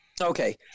Okay